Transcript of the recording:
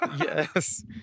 Yes